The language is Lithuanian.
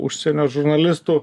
užsienio žurnalistų